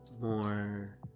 more